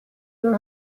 know